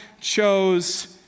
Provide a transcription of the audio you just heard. chose